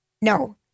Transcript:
no